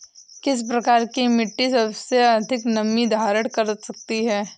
किस प्रकार की मिट्टी सबसे अधिक नमी धारण कर सकती है?